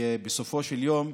בסופו של יום,